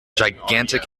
gigantic